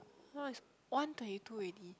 now is one twenty two already